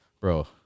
bro